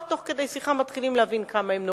תוך כדי שיחה מתחילים להבין כמה הם נוראיים.